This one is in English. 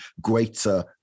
greater